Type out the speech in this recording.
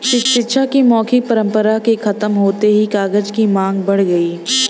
शिक्षा की मौखिक परम्परा के खत्म होते ही कागज की माँग बढ़ गई